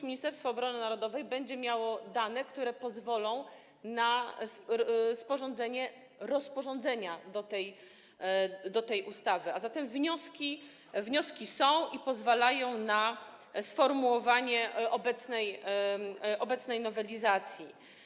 Ministerstwo Obrony Narodowej będzie miało dane, które pozwolą na sporządzenie rozporządzenia do tej ustawy, a zatem wnioski są i pozwalają na sformułowanie obecnej nowelizacji.